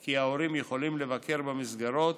כי ההורים יכולים לבקר במסגרות